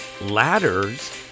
Ladders